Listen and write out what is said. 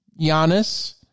Giannis